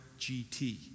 GT